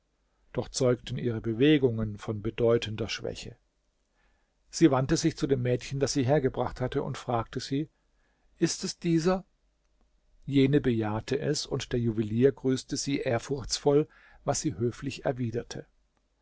doch zeugten ihre bewegungen von bedeutender schwäche sie wandte sich zu dem mädchen das sie hergebracht hatte und fragte sie ist es dieser jene bejahte es und der juwelier grüßte sie ehrfurchtsvoll was sie höflich erwiderte